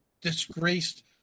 disgraced